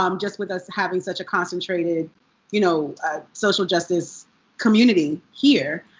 um just with us having such a concentrated you know social justice community here.